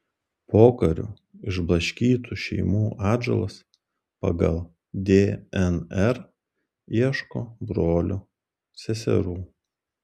pokariu išblaškytų šeimų atžalos pagal dnr ieško brolių seserų